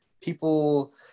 people